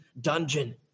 dungeon